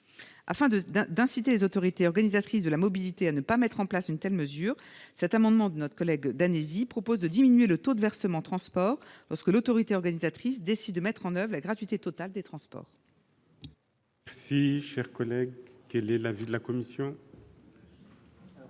Afin d'inciter les autorités organisatrices de la mobilité à ne pas mettre en place une telle mesure, cet amendement proposé par notre collègue René Danesi vise à diminuer le taux du versement transport (VT), lorsque l'autorité organisatrice décide de mettre en oeuvre la gratuité totale des transports. Quel est l'avis de la commission ?